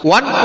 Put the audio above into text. One